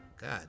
God